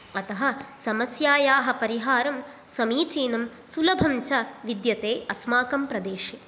अतः समस्यायाः परिहारं समीचीनं सुलभं च विद्यते अस्माकं प्रदेशे